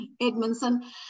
edmondson